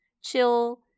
chill